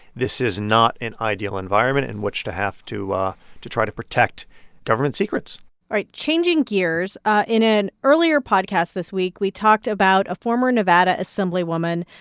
this is not an ideal environment in which to have to ah to try to protect government secrets all right. changing gears in an earlier podcast this week, we talked about a former nevada assemblywoman,